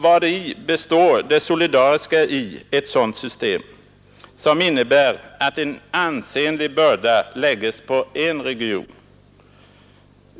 Vari består det solidariska i ett sådant system, som innebär att en ansenlig börda läggs på en region?